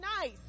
nice